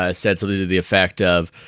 ah said something to the effect of,